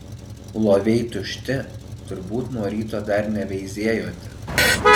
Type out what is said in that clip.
loviai tušti turbūt nuo ryto dar neveizėjote